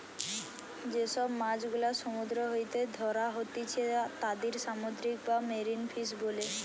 যে সব মাছ গুলা সমুদ্র হইতে ধ্যরা হতিছে তাদির সামুদ্রিক বা মেরিন ফিশ বোলে